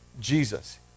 Jesus